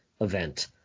event